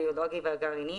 הביולוגי והגרעיני),